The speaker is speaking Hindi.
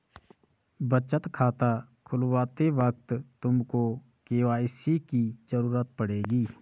बचत खाता खुलवाते वक्त तुमको के.वाई.सी की ज़रूरत पड़ेगी